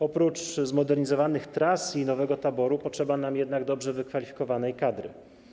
Oprócz zmodernizowanych tras i nowego taboru potrzeba nam jednak dobrze wykwalifikowanej kadry.